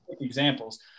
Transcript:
examples